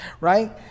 Right